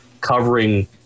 covering